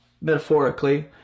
metaphorically